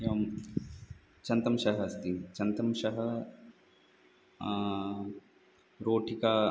एवं सन्दंशः अस्ति सन्दंशः रोटिका